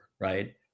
right